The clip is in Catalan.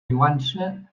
lloança